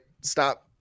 stop